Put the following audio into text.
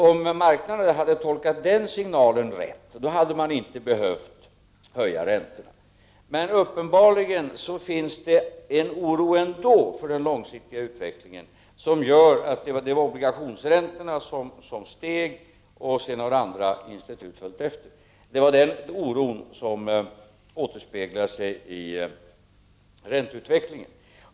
Om marknaden hade tolkat den signalen på ett riktigt sätt hade man inte behövt höja räntorna. Men uppenbarligen finns det trots detta en oro för den långsiktiga utvecklingen, som har lett till att obligationsräntorna har stigit, och sedan har andra institut följt efter och höjt räntorna. Det var denna oro som återspeglade sig i ränteutvecklingen.